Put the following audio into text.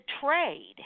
trade